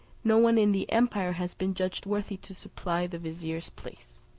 no one in the empire has been judged worthy to supply the vizier's place.